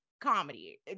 comedy